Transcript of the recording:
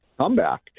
comeback